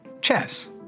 chess